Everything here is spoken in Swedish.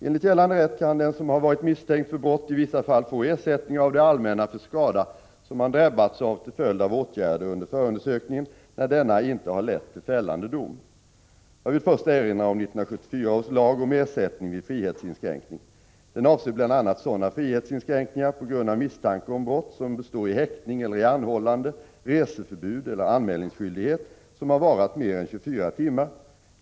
Enligt gällande rätt kan den som har varit misstänkt för brott i vissa fall få ersättning av det allmänna för skada som han drabbats av till följd av åtgärder under förundersökningen, när denna inte har lett till fällande dom. Jag vill först erinra om 1974 års lag om ersättning vid frihetsinskränkning. Den avser bl.a. sådana frihetsinskränkningar på grund av misstanke om brott som består i häktning, eller i anhållande, reseförbud eller anmälningsskyldighet som har varat mer än 24 timmar.